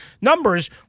numbers